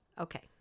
Okay